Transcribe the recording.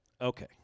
okay